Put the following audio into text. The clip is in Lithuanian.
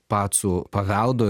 pacų paveldo